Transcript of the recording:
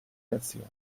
nazione